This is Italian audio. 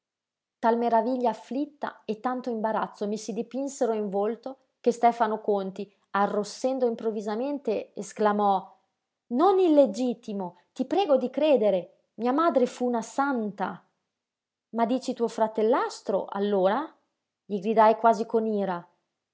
tal maraviglia afflitta e tanto imbarazzo mi si dipinsero in volto che stefano conti arrossendo improvvisamente esclamò non illegittimo ti prego di credere mia madre fu una santa ma dici tuo fratellastro allora gli gridai quasi con ira